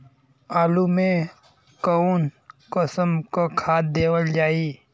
आलू मे कऊन कसमक खाद देवल जाई?